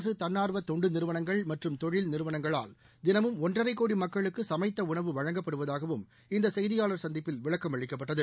அரசு தன்னார்வ தோண்டு நிறுவனணுகள் மற்றும் தோடில் நிறுவனணுகளால் தினமும் ஒன்றளர சூகா மக்களுக்கு சமைத்த உணகூ வடினுகப்படுவதாககூம் இந்த சேய்தியாளர் சந்திப்பில் விளக்கம் அளிக்கப்பட்டது